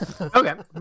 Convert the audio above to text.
Okay